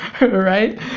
right